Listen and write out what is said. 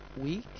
week